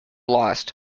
lost